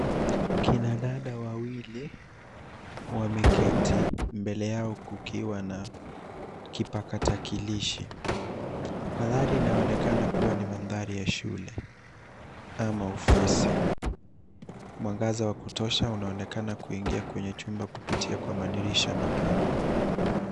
Kina dada wawili wameketi mbele yao kukiwa na kipakatalishi. Mandhari inaonekana kuwa ni mandhari ya shule ama ofisi. Mwangaza wa kutosha unaonekana kuingia kwenye chumba kupitia kwa madirisha mapana.